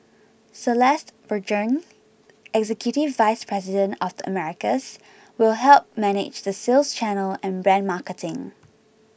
Celeste Burgoyne executive vice president of the Americas will help manage the sales channel and brand marketing